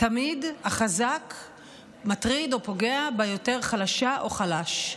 תמיד החזק מטריד, או פוגע ביותר חלשה או חלש.